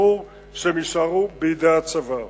ברור שהן יישארו בידי הצבא.